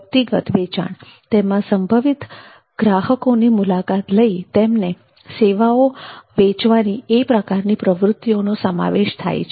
વ્યક્તિગત વેચાણ તેમાં સંભવિત ગ્રાહકોની મુલાકાત લઇ અને તેમને સેવાઓ વેચવાની એ પ્રકારની પ્રવૃત્તિઓનો સમાવેશ થાય છે